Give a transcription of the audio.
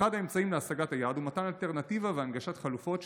אחד האמצעים להשגת היעד הוא מתן אלטרנטיבה והנגשת חלופות,